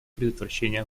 предотвращение